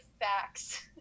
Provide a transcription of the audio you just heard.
facts